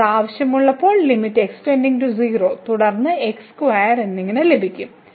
നമുക്ക് ആവശ്യമുള്ള limit x → 0 തുടർന്ന് x2 എന്നിങ്ങനെ ലഭിക്കും